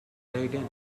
leiden